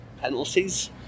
penalties